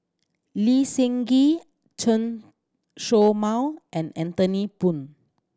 Lee Seng Gee Chen Show Mao and Anthony Poon